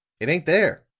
it ain't there,